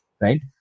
right